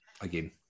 again